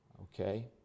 okay